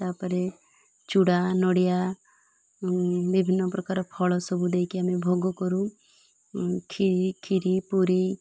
ତା'ପରେ ଚୁଡ଼ା ନଡ଼ିଆ ବିଭିନ୍ନ ପ୍ରକାର ଫଳ ସବୁ ଦେଇକି ଆମେ ଭୋଗ କରୁ ଖିରି ଖିରି ପୁରୀ